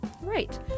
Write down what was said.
Right